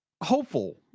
Hopeful